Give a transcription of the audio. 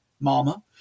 mama